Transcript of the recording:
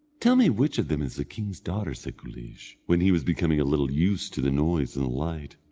tell me which of them is the king's daughter, said guleesh, when he was becoming a little used to the noise and the light.